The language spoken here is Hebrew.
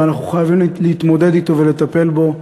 ואנחנו חייבים להתמודד אתו ולטפל בו,